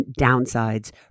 downsides